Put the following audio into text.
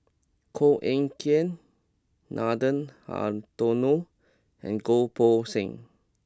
Koh Eng Kian Nathan Hartono and Goh Poh Seng